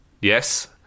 Yes